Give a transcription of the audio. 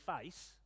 face